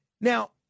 Now